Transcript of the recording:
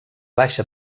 baixa